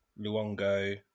Luongo